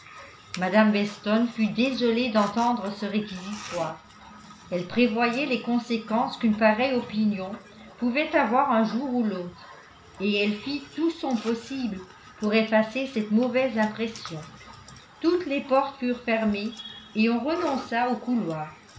mme weston fut désolée d'entendre ce réquisitoire elle prévoyait les conséquences qu'une pareille opinion pouvait avoir un jour ou l'autre et elle fit tout son possible pour effacer cette mauvaise impression toutes les portes furent fermées et on renonça au couloir